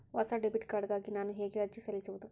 ಹೊಸ debit card ಗಾಗಿ ನಾನು ಹೇಗೆ ಅರ್ಜಿ ಸಲ್ಲಿಸುವುದು?